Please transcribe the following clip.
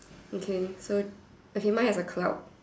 okay so okay mine has a cloud